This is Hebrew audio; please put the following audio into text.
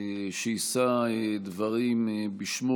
שיישא דברים בשמו